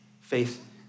faith